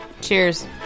Cheers